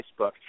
Facebook